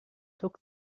tuck